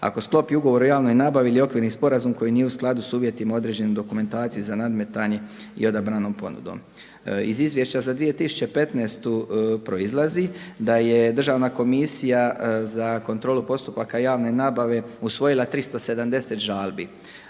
ako sklopi ugovor o javnoj nabavi ili okvirni sporazum koji nije u skladu s uvjetima određenim dokumentaciji za nadmetanje i odabranom ponudom. Iz izvješća za 2015.godinu proizlazi da je Državna komisija za kontrolu postupaka javne nabave usvojila 370 žalbi,